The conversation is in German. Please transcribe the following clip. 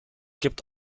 gibt